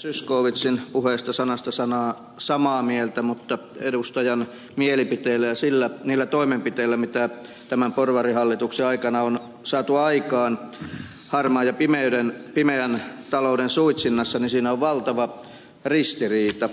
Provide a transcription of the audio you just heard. zyskowiczin puheesta sanasta sanaan samaa mieltä mutta edustajan mielipiteillä ja niillä toimenpiteillä mitä tämän porvarihallituksen aikana on saatu aikaan harmaan ja pimeän talouden suitsinnassa on valtava ristiriita